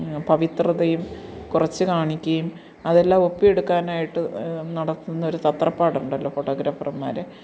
പവിത്രതയും കുറച്ച് കാണിക്കുകയും അതെല്ലാം ഒപ്പിയെടുക്കാനായിട്ട് നടത്തുന്നൊരു തത്രപ്പാടുണ്ടല്ലോ ഫോട്ടോഗ്രഫര്മാര്